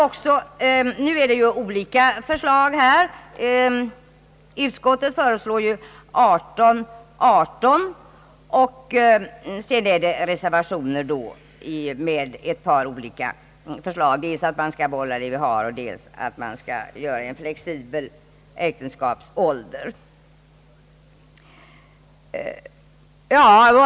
Olika förslag har framlagts. Utskottet föreslår 18 och 18 år. Reservationerna innehåller ett par olika förslag, dels att vi skall behålla de åldersgränser vi har och dels att vi skall skapå en flexibel äktenskapsålder.